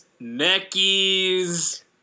neckies